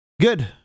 good